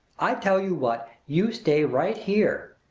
i tell you what, you stay right here!